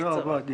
תודה רבה.